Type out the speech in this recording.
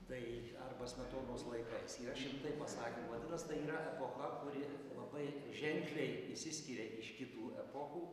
tai arba smetonos laikais yra šimtai pasakymų vadinas tai yra epocha kuri labai ženkliai išsiskyria iš kitų epochų